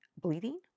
bleeding